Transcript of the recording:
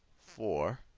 four.